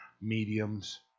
mediums